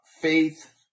faith